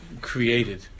created